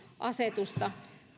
asetusta